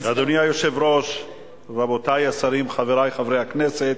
אדוני היושב-ראש, רבותי השרים, חברי חברי הכנסת,